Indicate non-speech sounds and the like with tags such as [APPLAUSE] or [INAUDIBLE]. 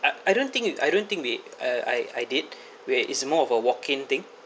I I don't think we I don't think we uh I I did [BREATH] where it’s a more of a walking thing